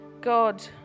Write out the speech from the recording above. God